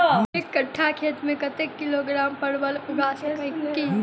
एक कट्ठा खेत मे कत्ते किलोग्राम परवल उगा सकय की??